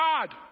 God